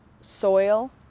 soil